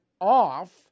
off